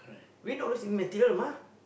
win or lose in material mah